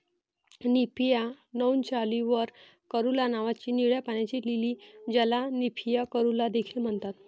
Nymphaea नौचाली वर कॅरुला नावाची निळ्या पाण्याची लिली, ज्याला निम्फिया कॅरुला देखील म्हणतात